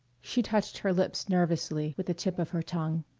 she touched her lips nervously with the tip of her tongue.